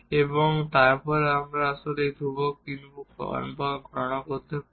এবং তারপর আমরা আসলে এই ধ্রুবক কিছু বা সব গণনা করতে পারেন